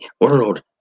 World